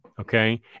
Okay